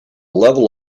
level